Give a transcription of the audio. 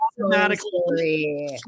automatically